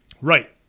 Right